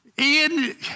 Ian